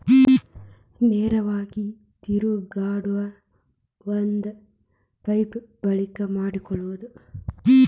ನೇರಾವರಿಗೆ ತಿರುಗಾಡು ಒಂದ ಪೈಪ ಬಳಕೆ ಮಾಡಕೊಳುದು